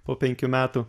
po penkių metų